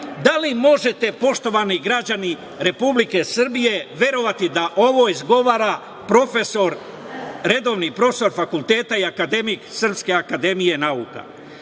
li možete, poštovani građani Republike Srbije verovati da ovo izgovara profesor, redovni profesor Fakulteta i akademik Srpske akademije nuka?